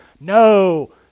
No